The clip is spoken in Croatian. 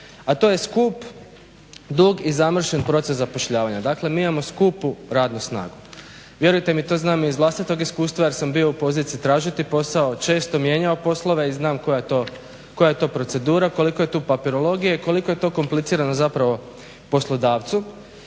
a to je skup, dug i zamršen proces zapošljavanja. Dakle, mi imamo skupu radnu snagu. Vjerujte mi to znam i iz vlastitog iskustva jer sam bio u poziciji tražiti posao, često mijenjao poslove i znam koja je to procedura, koliko je tu papirologije i koliko je to komplicirano zapravo poslodavcu.